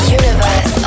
universe